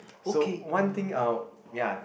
so one thing oh ya